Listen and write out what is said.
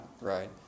right